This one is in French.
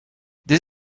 des